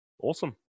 awesome